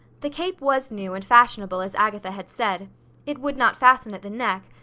the cape was new and fashionable as agatha had said it would not fasten at the neck,